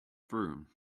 broom